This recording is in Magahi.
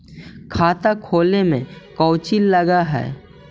खाता खोले में कौचि लग है?